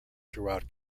throughout